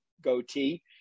goatee